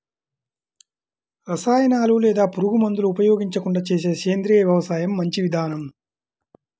రసాయనాలు లేదా పురుగుమందులు ఉపయోగించకుండా చేసే సేంద్రియ వ్యవసాయం మంచి విధానం